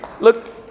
Look